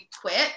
quit